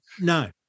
No